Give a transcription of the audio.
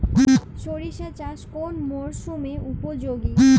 সরিষা চাষ কোন মরশুমে উপযোগী?